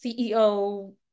CEO